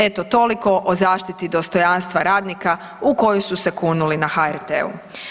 Eto, toliko o zaštiti dostojanstva radnika u kojoj su se kunuli na HRT-u.